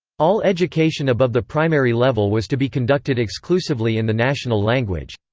all education above the primary level was to be conducted exclusively in the national language.